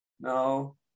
No